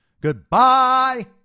Goodbye